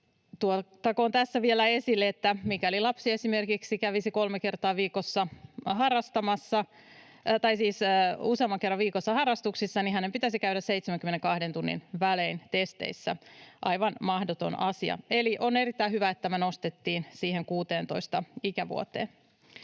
tuotakoon tässä vielä esille, että mikäli lapsi esimerkiksi kävisi useamman kerran viikossa harrastuksissa, niin hänen pitäisi käydä 72 tunnin välein testeissä — aivan mahdoton asia. Eli on erittäin hyvä, että tämä nostettiin siihen 16 ikävuoteen.